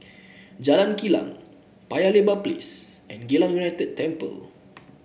Jalan Kilang Paya Lebar Place and Geylang United Temple